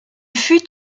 fut